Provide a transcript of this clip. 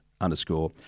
underscore